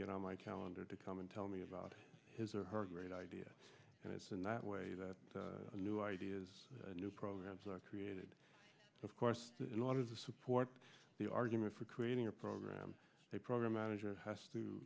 get on my calendar to come and tell me about his or her great idea and it's in that way that new ideas new programs are created of course in order to support the argument for creating a program a program manager has to